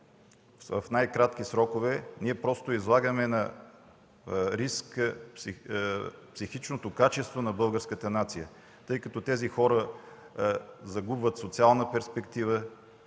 в най кратки срокове, просто излагаме на риск психичното качество на българската нация, тъй като тези хора загубват социална перспектива,